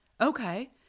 Okay